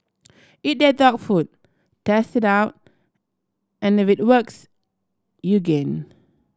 eat their dog food test it out and if it works you gain